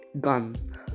gun